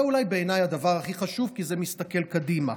בעיניי זה אולי הדבר הכי חשוב, כי זה מסתכל קדימה: